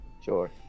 sure